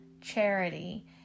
charity